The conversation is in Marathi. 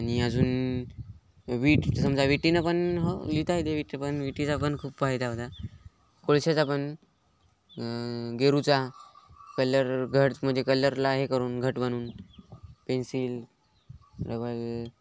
आणि अजून वीट समजा विटेनं पण हो लिहिता येते विटी पण विटेचा पण खूप फायदा होता कोळशाचा पण गेरूचा कलर घट्ट म्हणजे कलरला हे करून घट्ट बनवून पेन्सिल रबल